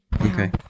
Okay